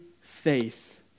faith